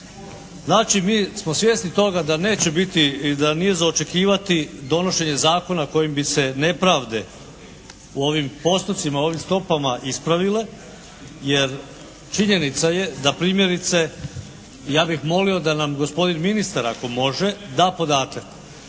Znači mi smo svjesni toga da neće biti i da nije za očekivati donošenje zakona kojim bi se nepravde u ovim postocima, u ovim stopama ispravile jer činjenica je da primjerice ja bih molio da nam gospodin ministar ako može da podatak